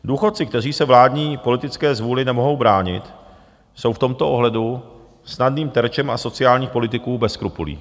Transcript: Důchodci, kteří se vládní politické zvůli nemohou bránit, jsou v tomto ohledu snadným terčem sociálních politiků bez skrupulí.